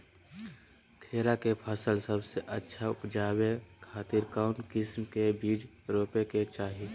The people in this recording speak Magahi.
खीरा के फसल सबसे अच्छा उबजावे खातिर कौन किस्म के बीज रोपे के चाही?